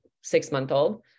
six-month-old